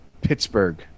Pittsburgh